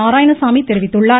நாராயணசாமி தெரிவித்துள்ளார்